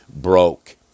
broke